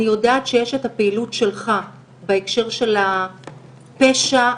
אני יודעת שיש את הפעילות שלך בהקשר של הפשע הלא-רך,